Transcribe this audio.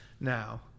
now